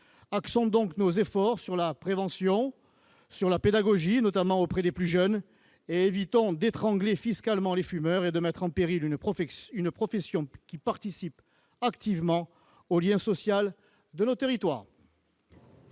Axons donc nos efforts sur la prévention et la pédagogie, en particulier auprès des plus jeunes, et évitons d'étrangler fiscalement les fumeurs et de mettre en péril une profession qui participe activement au lien social de nos territoires